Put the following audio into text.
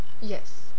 Yes